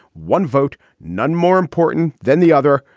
one vote, none more important than the other.